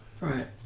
Right